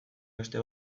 beste